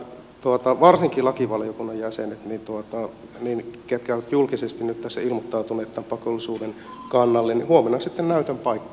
varsinkin niillä lakivaliokunnan jäsenillä jotka ovat julkisesti nyt tässä ilmoittautuneet tämän pakollisuuden kannalle huomenna on sitten näytön paikka